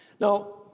Now